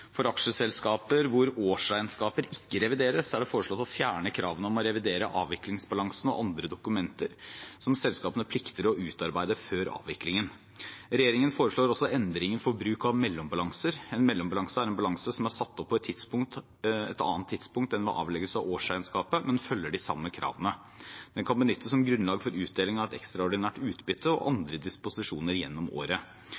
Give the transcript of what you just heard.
For aksjeselskaper hvor årsregnskaper ikke revideres, er det foreslått å fjerne kravene om å revidere avviklingsbalansen og andre dokumenter som selskapene plikter å utarbeide før avviklingen. Regjeringen foreslår også endringer for bruk av mellombalanser. En mellombalanse er en balanse som er satt opp på et annet tidspunkt enn ved avleggelse av årsregnskapet, men følger de samme kravene. Den kan benyttes som grunnlag for utdeling av et ekstraordinært utbytte og